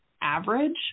average